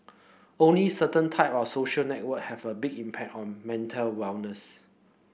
only certain type of social network have a big impact on mental wellness